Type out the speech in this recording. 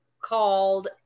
called